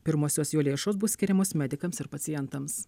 pirmosios jo lėšos bus skiriamos medikams ir pacientams